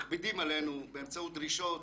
מכבידים עלינו באמצעות דרישות